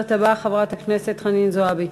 הדוברת הבאה, חברת הכנסת חנין זועבי,